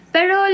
Pero